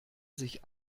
sich